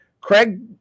Craig